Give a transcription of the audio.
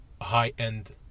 High-end